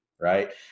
right